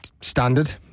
Standard